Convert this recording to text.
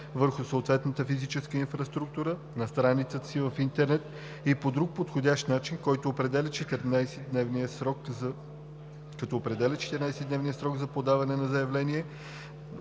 върху съответната физическа инфраструктура на страницата си в интернет и по друг подходящ начин, като определя 14-дневен срок за подаване на заявления